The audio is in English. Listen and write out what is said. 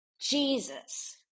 Jesus